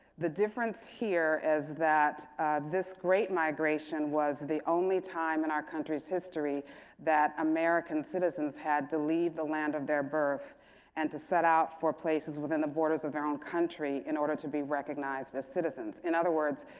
the difference here is that this great migration was the only time in our country's history that american citizens had to leave the land of their birth and to set out for places within the borders of their own country in order to be recognized as citizens. in other words,